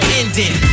ending